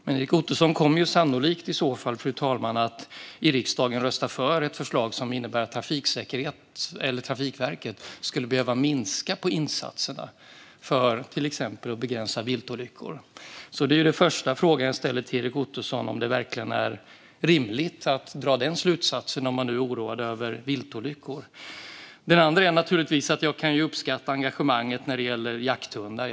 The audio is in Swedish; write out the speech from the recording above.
Men Erik Ottoson kommer sannolikt i så fall, fru talman, att i riksdagen rösta för ett förslag som innebär att Trafikverket skulle behöva minska på insatserna för att till exempel begränsa viltolyckor. Den första fråga jag ställer till Erik Ottoson är därför: Är det verkligen rimligt att dra den slutsatsen om man nu är oroad över viltolyckor? Det andra handlar om att jag naturligtvis kan uppskatta engagemanget när det gäller jakthundar.